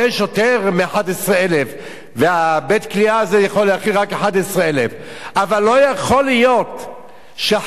ובית-הכליאה הזה יכול להכיל רק 11,000. אבל לא יכול להיות שאחרי חקירה של שב"כ,